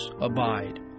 abide